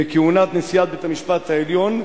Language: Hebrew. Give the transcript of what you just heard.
מכהונת נשיאת בית-המשפט העליון,